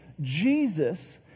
Jesus